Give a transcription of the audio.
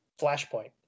flashpoint